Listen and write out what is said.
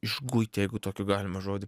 išguit jeigu tokį galima žodį